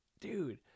Dude